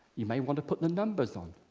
you may want to put the numbers on.